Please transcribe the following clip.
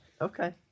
Okay